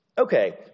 Okay